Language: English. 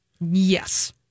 Yes